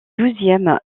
douzième